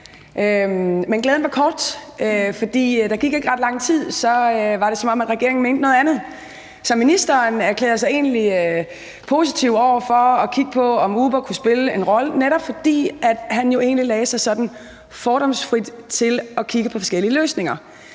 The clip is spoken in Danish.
men glæden var kort, fordi der ikke gik ret lang tid, før det var, som om regeringen mente noget andet. Så ministeren erklærede sig egentlig positiv over for at kigge på, om Uber kunne spille en rolle, netop fordi han jo egentlig forholdt sig sådan fordomsfrit i forhold til at kigge på forskellige løsninger.